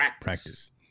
Practice